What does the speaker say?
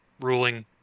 ruling